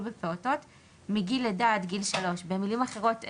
בפעוטות מגיל לידה עד גיל 3. במילים אחרות,